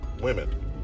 women